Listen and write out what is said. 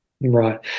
Right